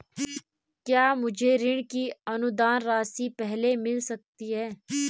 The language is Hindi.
क्या मुझे ऋण की अनुदान राशि पहले मिल सकती है?